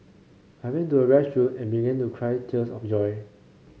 I ran to the restroom and began to cry tears of joy